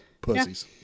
Pussies